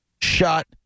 shot